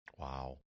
Wow